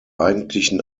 eigentlichen